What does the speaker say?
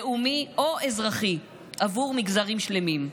לאומי או אזרחי עבור מגזרים שלמים.